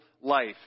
life